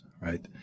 right